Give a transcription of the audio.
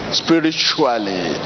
spiritually